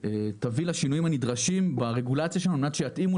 שתביא לשינויים הנדרשים ברגולציה שלנו כדי שיתאימו